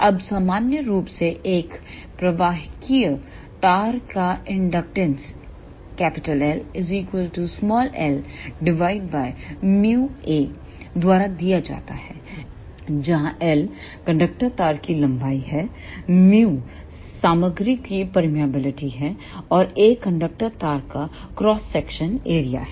अब सामान्य रूप से एक प्रवाहकीय तार का इंडक्टेंस L l𝜇A द्वारा दिया जाता है जहां l कंडक्टर तार की लंबाई है µ सामग्री की परमियाबिलिटी है और A कंडक्टर तार का क्रॉस सेक्शन एरिया है